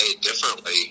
differently